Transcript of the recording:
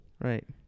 right